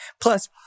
Plus